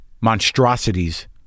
monstrosities